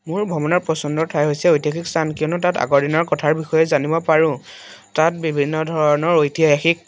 মোৰ ভ্ৰমণৰ পচন্দৰ ঠাই হৈছে ঐতিহাসিক স্থান কিয়নো তাত আগৰ দিনৰ কথাৰ বিষয়ে জানিব পাৰোঁ তাত বিভিন্ন ধৰণৰ ঐতিহাসিক